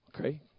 Okay